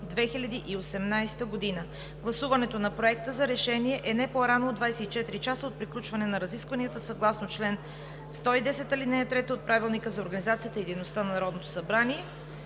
2018 г. Гласуването на Проекта за решение е не по-рано от 24 часа от приключване на разискванията съгласно чл. 110, ал. 3 от Правилника за